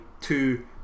two